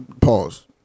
Pause